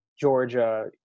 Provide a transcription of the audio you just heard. Georgia